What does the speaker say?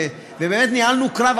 באמת ניהלנו קרב,